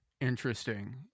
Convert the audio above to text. Interesting